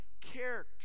character